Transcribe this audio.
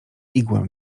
igłę